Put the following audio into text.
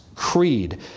creed